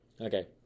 Okay